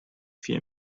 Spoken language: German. viel